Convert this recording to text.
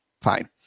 fine